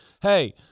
hey